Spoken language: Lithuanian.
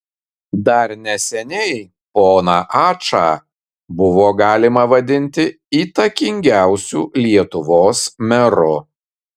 dar neseniai poną ačą buvo galima vadinti įtakingiausiu lietuvos meru